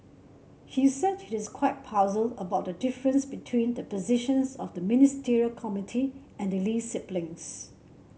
he said he is quite puzzled about the difference between the positions of the Ministerial Committee and the Lee siblings